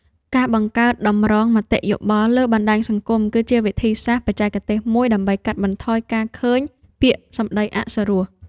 ការបង្កើត តម្រងមតិយោបល់ លើបណ្ដាញសង្គម គឺជាវិធីសាស្ត្របច្ចេកទេសមួយដើម្បីកាត់បន្ថយការឃើញពាក្យសម្ដីអសុរស។